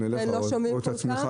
הוא לא מסוגל לעשות את זה,